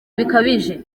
bikabije